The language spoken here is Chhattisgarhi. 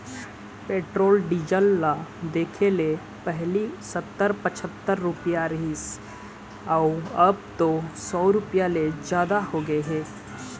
पेट्रोल डीजल ल देखले पहिली सत्तर, पछत्तर रूपिया रिहिस हे अउ अब तो सौ रूपिया ले जादा होगे हे